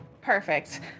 Perfect